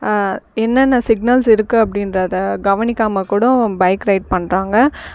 என்னென்ன சிக்னல்ஸ் இருக்கும் அப்படின்றத கவனிக்காமல் கூடவும் பைக் ரைட் பண்ணுறாங்க